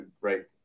Right